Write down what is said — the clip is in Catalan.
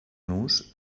nus